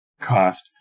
cost